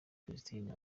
christine